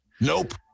Nope